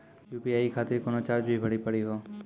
UPI खातिर कोनो charge भी भरी पड़ी हो?